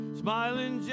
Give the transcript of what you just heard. smiling